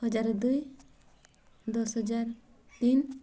ହଜାର ଦୁଇ ଦଶ ହଜାର ତିନି